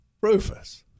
Rufus